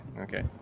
okay